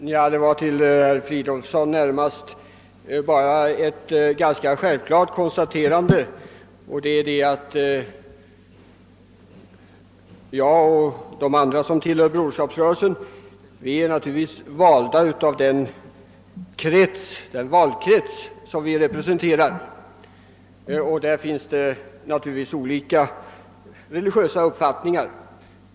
Her talman! Med anledning av herr Fridolfssons i Stockholm yttrande vill jag bara göra ett kort och ganska själv klart konstaterande. Det är att jag och de andra som tillhör Broderskapsrörelsen är valda av den valkrets vi representerar, och där finns naturligtvis olika religiösa uppfattningar.